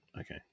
okay